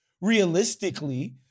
realistically